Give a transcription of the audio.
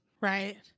Right